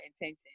intention